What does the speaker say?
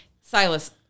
Silas